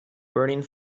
burning